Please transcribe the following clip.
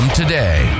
today